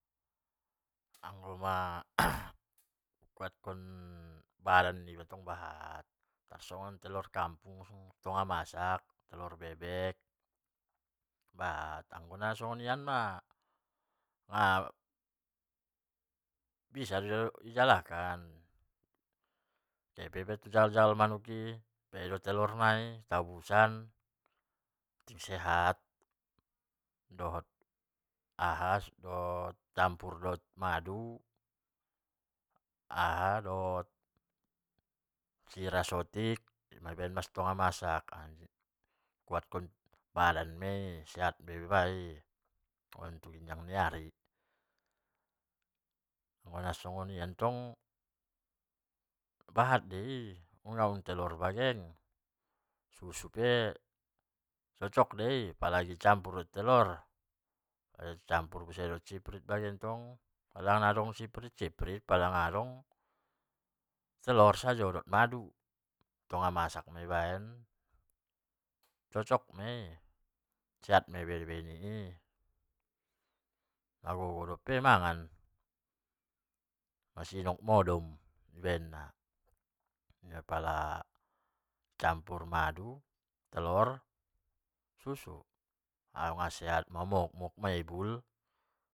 Anggo mangkuatkon badan iba tong bahat, tarsongon tolor kampung satonga masak tolor bebek bahat, anggo nasongoninanma bisa ma ijalakan kehe pe iba tu parjagal-jagal manuk i pangido tolor nai, itabusan so sehat dohot i campur rap madu, aha dohot sira saotik di baen ma satonga masak, manguatkon badan mai, sehat ma iba i on tu ginjang ni ari, pala nasoninan tong bahat doi nda tolor bage susu pe cocok doi apalagi di campur dohot tolor, apalagi di camput dohot sprite muda adong sprite. muda nadong totlor sajo dohot madu satonga masak di baen cocok mai, sehat ma iba baen ni i, magogo dope mangan masinok baenna, inma pala i campur toro. madu. susu mamokmok mahibul.